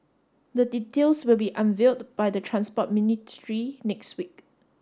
the details will be unveiled by the Transport Ministry next week